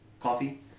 coffee